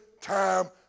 time